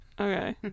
Okay